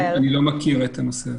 את הנושא הזה.